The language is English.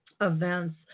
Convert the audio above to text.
events